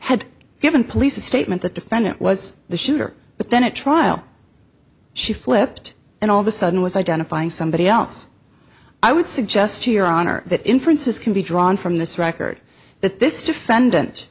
had given police a statement the defendant was the shooter but then a trial she flipped and all of the sudden was identifying somebody else i would suggest to your honor that inferences can be drawn from this record that this defendant